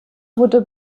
wurde